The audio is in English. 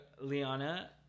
liana